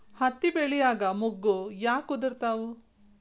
ಹತ್ತಿ ಬೆಳಿಯಾಗ ಮೊಗ್ಗು ಯಾಕ್ ಉದುರುತಾವ್?